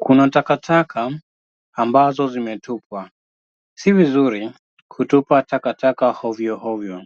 Kuna takataka ambazo zimetupwa. Si vizuri kutupa takataka ovyo ovyo